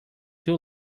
two